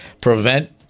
prevent